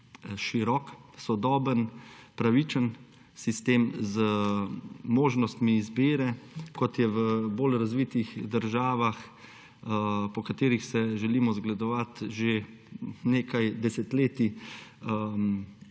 širok, sodoben, pravičen sistem z možnostmi izbire, kot je normalen v bolj razvitih državah, po katerih se želimo zgledovati že nekaj desetletij.